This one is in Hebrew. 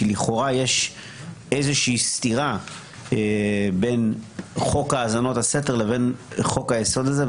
כי לכאורה יש איזושהי סתירה בין חוק האזנות הסתר לבין חוק היסוד הזה.